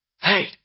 Hey